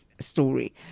story